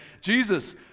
Jesus